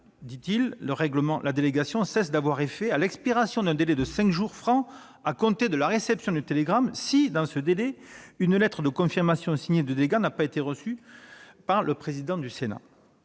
ci-dessus. En ce cas, la délégation cesse d'avoir effet à l'expiration d'un délai de cinq jours francs à compter de la réception du télégramme si, dans ce délai, une lettre de confirmation signée du délégant n'a pas été reçue par le Président du Sénat.